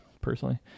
personally